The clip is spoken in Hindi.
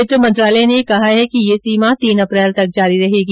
वित्त मंत्रालय ने कहा है कि यह सीमा तीन अप्रैल तक जारी रहेगी